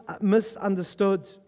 misunderstood